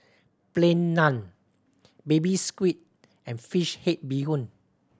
Plain Naan Baby Squid and fish head bee hoon